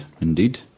indeed